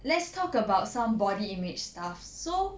let's talk about some body image stuff so